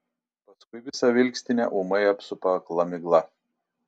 paskui visą vilkstinę ūmai apsupa akla migla